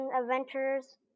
adventures